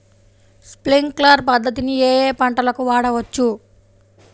Sprinkler పద్ధతిని ఏ ఏ పంటలకు వాడవచ్చు?